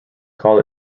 call